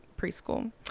preschool